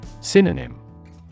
Synonym